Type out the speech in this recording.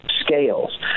scales